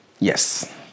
Yes